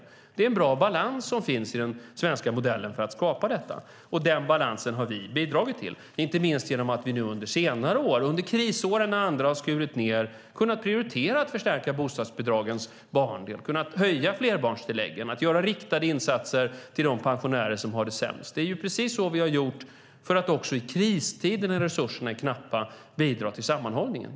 I den svenska modellen finns en bra balans för att skapa detta, och den balansen har vi bidragit till, inte minst genom att vi nu under krisåren när andra har skurit ned, kunnat prioritera att förstärka bostadsbidragens barndel, höja flerbarnstilläggen och göra riktade insatser till de pensionärer som har det sämst. Det är precis så vi har gjort för att också i kristider, när resurserna är knappa, bidra till sammanhållningen.